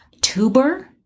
tuber